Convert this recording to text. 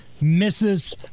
misses